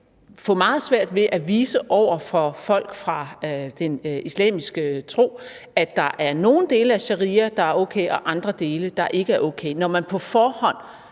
få meget svært ved at vise over for folk fra den islamiske tro, at der er nogle dele af sharia, der er okay, og andre dele, der ikke er okay, når man på forhånd